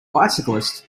bicyclist